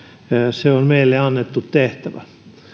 se on meille annettu tehtävä